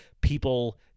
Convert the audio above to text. people